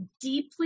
deeply